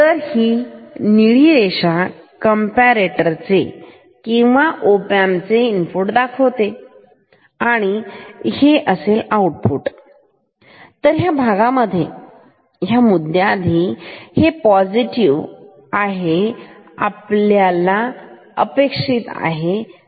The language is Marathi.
तर ही निळी रेषा कॉम्पेरेटरचे किंवा ओ पॅन्मप चे इनपुट दाखवते आणि हे असेल आउटपुट तर ह्या भागामध्ये ह्या मुद्याआधी हे पॉझिटिव्ह आहे आपल्याला अपेक्षित असल्याप्रमाणे